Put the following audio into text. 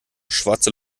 schwarze